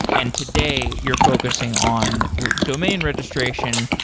and today you're focusing on domain registration,